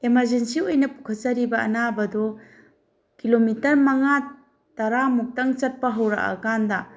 emergency ꯑꯣꯏꯅ ꯄꯨꯈꯠꯆꯔꯤꯕ ꯑꯅꯥꯕꯗꯣ ꯀꯤꯂꯣꯃꯤꯇꯔ ꯃꯉꯥ ꯇꯔꯥ ꯃꯨꯛꯇꯪ ꯆꯠꯄ ꯍꯧꯔꯛꯑ ꯀꯥꯟꯗ